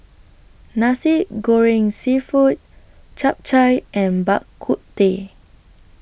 Nasi Goreng Seafood Chap Chai and Bak Kut Teh